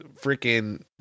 freaking